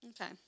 Okay